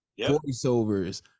voiceovers